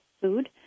food